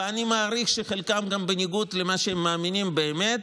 ואני מעריך שחלקם גם בניגוד למה שהם מאמינים באמת,